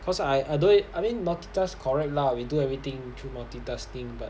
cause I I I don't ev~ I mean multitask correct lah we do everything through multitasking but